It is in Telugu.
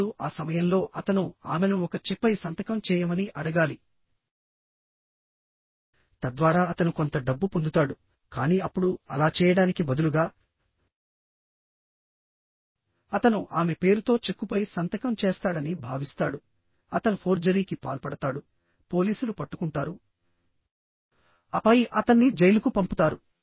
ఇప్పుడుఆ సమయంలో అతను ఆమెను ఒక చెక్ పై సంతకం చేయమని అడగాలి తద్వారా అతను కొంత డబ్బు పొందుతాడు కానీ అప్పుడు అలా చేయడానికి బదులుగా అతను ఆమె పేరుతో చెక్కుపై సంతకం చేస్తాడని భావిస్తాడుఅతను ఫోర్జరీకి పాల్పడతాడుపోలీసులు పట్టుకుంటారు ఆపై అతన్ని జైలుకు పంపుతారు